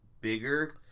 bigger